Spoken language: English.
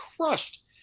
crushed